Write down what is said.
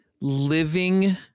living